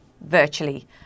virtually